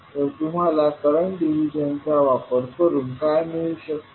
तर तुम्हाला करंट डिव्हिजनचा वापर करून काय मिळू शकते